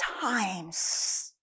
times